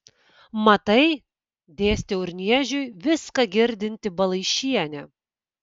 matai dėstė urniežiui viską girdinti balaišienė